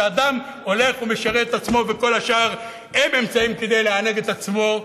שאדם הולך ומשרת את עצמו וכל השאר הם אמצעים כדי לענג את עצמו,